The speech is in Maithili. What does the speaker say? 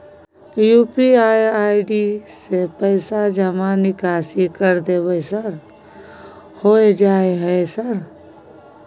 यु.पी.आई आई.डी से पैसा जमा निकासी कर देबै सर होय जाय है सर?